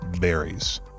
berries